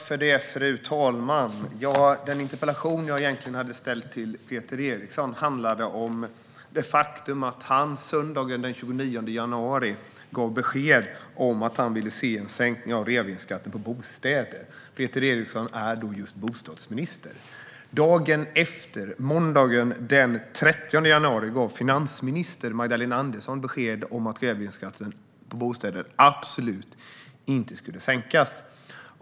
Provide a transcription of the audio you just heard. Fru talman! Den interpellation som jag ställde till Peter Eriksson handlade om det faktum att han söndagen den 29 januari gav besked om att han ville se en sänkning av reavinstskatten på bostäder. Peter Eriksson är just bostadsminister. Dagen efter, måndagen den 30 januari, gav finansminister Magdalena Andersson besked om att reavinstskatten på bostäder absolut inte skulle sänkas.